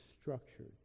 structured